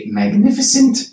magnificent